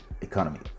economy